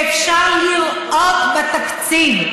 שאפשר לראות בתקציב,